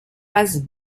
passe